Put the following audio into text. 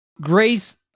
Grace